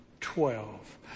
twelve